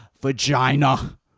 vagina